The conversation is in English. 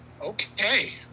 Okay